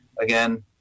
again